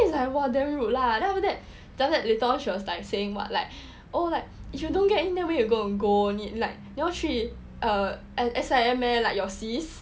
is like !wah! damn rude lah then after that after that later on she was like saying what like oh like if you don't get in then where you go like 你要去 uh S_I_M meh like your sis